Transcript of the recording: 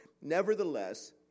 Nevertheless